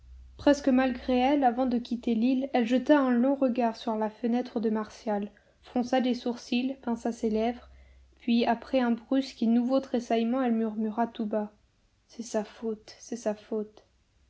presque malgré elle avant de quitter l'île elle jeta un long regard sur la fenêtre de martial fronça les sourcils pinça ses lèvres puis après un brusque et nouveau tressaillement elle murmura tout bas c'est sa faute c'est sa faute